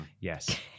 yes